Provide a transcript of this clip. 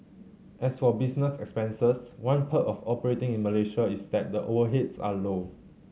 as for business expenses one perk of operating in Malaysia is that the overheads are low